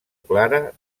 clara